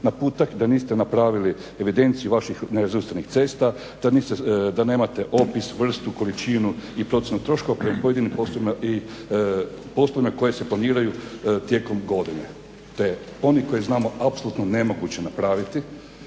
naputak da niste napravili evidenciju vaših nerazvrstanih cesta, da nemate opis, vrstu, količinu i procjenu troškova prema pojedinim poslovima i poslovima koji se planiraju tijekom godine, to je, oni koje znamo apsolutno nemoguće napraviti